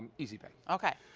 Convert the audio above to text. easy pay. okay.